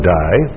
die